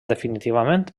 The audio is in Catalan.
definitivament